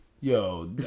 Yo